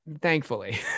thankfully